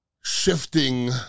shifting